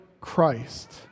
christ